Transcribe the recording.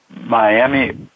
Miami